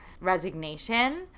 resignation